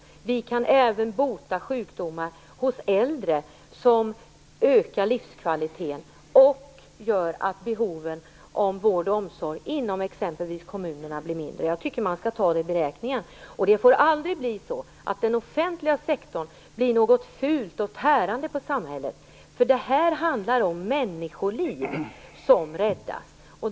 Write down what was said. I dag kan även sjukdomar hos äldre botas, vilket ökar livskvaliteten och gör att behoven av vård och omsorg inom exempelvis kommunerna blir mindre. Jag tycker att detta skall tas med i beräkningen. Det får aldrig bli så att den offentliga sektorn blir något fult och tärande på samhället, för här handlar det om människoliv som räddas.